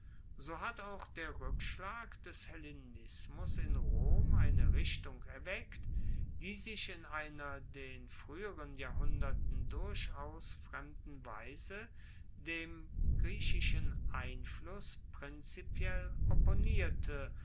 so hat auch der rueckschlag des hellenismus in rom eine richtung erweckt die sich in einer den frueheren jahrhunderten durchaus fremden weise dem griechischen einfluss prinzipiell